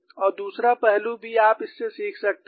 और दूसरा पहलू भी आप इससे सीख सकते हैं